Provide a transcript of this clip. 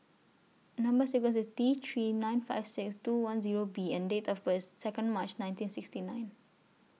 Number sequence IS T three nine five six two one Zero B and Date of birth IS Second March nineteen sixty nine